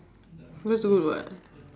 that's good [what]